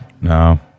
No